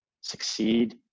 succeed